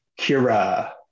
Kira